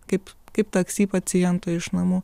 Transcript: kaip kaip taksi pacientų iš namų